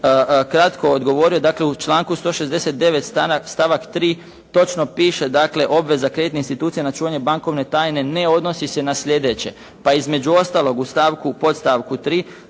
kratko odgovorio. Dakle u članku 169. stavak 3. točno piše, dakle obveza kreditnih institucija na čuvanje bankovne tajne ne odnosi se na sljedeće, pa između ostalog u podstavku 3.,